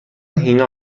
هینا